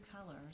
colors